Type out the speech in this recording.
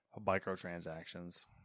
Microtransactions